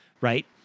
right